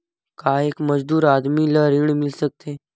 का एक मजदूर आदमी ल ऋण मिल सकथे?